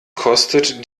kostet